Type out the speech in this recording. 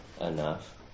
enough